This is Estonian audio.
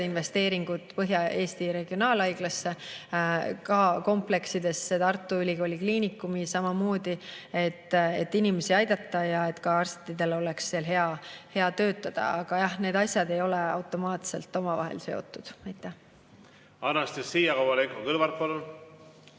investeeringud Põhja-Eesti Regionaalhaiglasse, ka kompleksidesse, Tartu Ülikooli Kliinikumi samamoodi, et inimesi aidata ja et ka arstidel oleks seal hea töötada. Aga jah, need asjad ei ole automaatselt omavahel seotud. Anastassia Kovalenko-Kõlvart,